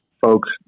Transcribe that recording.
folks